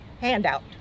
handout